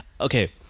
okay